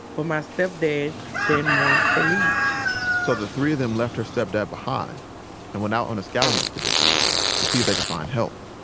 but my stepdad didn't want to leave so the three of them left her stepdad behind and went out on a scouting expedition to see if they could find help.